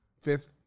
Fifth